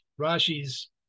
Rashi's